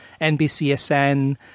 NBCSN